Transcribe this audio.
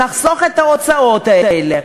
נחסוך את ההוצאות האלה.